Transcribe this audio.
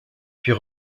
puis